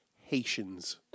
Haitians